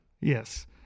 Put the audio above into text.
Yes